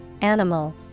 animal